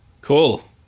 Cool